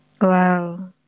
Wow